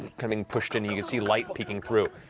coming pushed in. you can see light peeking through.